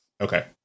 okay